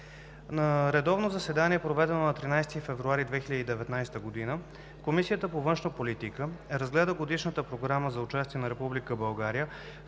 редовно заседание, проведено на 13 февруари 2019 г., Комисията по външна политика разгледа Годишната програма за участие на